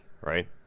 right